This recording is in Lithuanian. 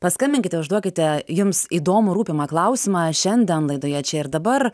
paskambinkite užduokite jums įdomų rūpimą klausimą šiandien laidoje čia ir dabar